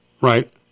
Right